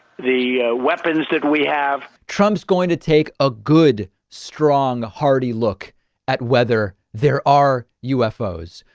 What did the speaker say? the weapons that we have. trump's going to take a good strong ahadi look at whether there are ufos.